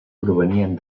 provenien